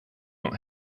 not